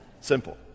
Simple